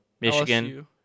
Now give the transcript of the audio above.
Michigan